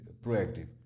proactive